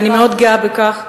ואני מאוד גאה בכך,